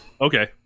Okay